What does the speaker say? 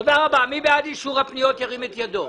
מי בעד אישור פניות מספר 254,